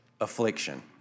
affliction